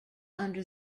under